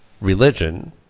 religion